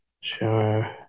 Sure